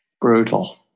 brutal